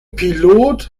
pilot